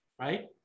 right